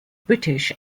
british